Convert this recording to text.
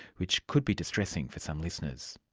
which could be distressing for some listeners.